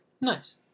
Nice